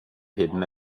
hidden